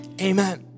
amen